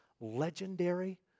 legendary